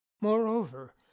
Moreover